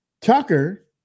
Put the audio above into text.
Tucker